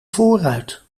voorruit